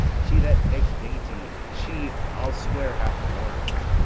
she that makes dainty, she i'll swear hath corns.